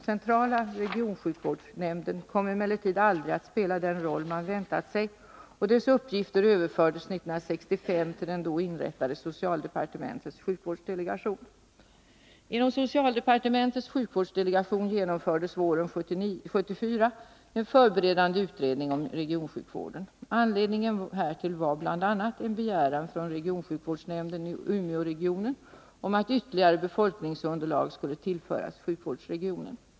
Centrala regionsjukvårdsnämnden kom emellertid aldrig att spela den roll som man hade väntat sig, och dess uppgifter överfördes 1965 till den då inrättade socialdepartementets sjukvårdsdelegation. Inom socialdepartementets sjukvårdsdelegation genomfördes våren 1974 en förberedande utredning om regionsjukvården. Anledningen härtill var bl.a. en begäran från regionsjukvårdsnämnden i Umeåregionen om att ytterligare befolkningsunderlag skulle tillföras sjukvårdsregionen.